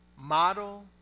model